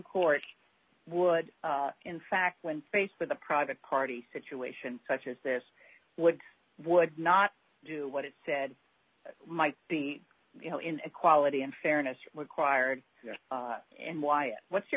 court would in fact when faced with a private party situation such as this would would not do what it said it might be you know in equality and fairness required and why it what's your